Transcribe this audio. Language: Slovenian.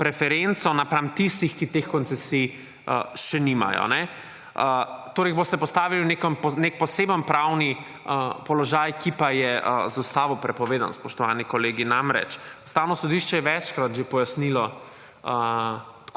preferenco napram tistih, ki teh koncesij še nimajo. Torej, jih boste postavili v nek poseben pravni položaj, ki pa je z Ustavno prepovedan, spoštovani kolegi. Namreč, Ustavno sodišče je večkrat že pojasnilo,